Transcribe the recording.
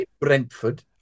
Brentford